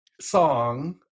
song